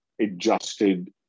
adjusted